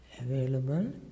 available